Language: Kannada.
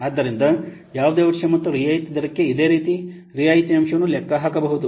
ಆದ್ದರಿಂದ ಯಾವುದೇ ವರ್ಷ ಮತ್ತು ರಿಯಾಯಿತಿ ದರಕ್ಕೆ ಇದೇ ರೀತಿ ರಿಯಾಯಿತಿ ಅಂಶವನ್ನು ಲೆಕ್ಕಹಾಕಬಹುದು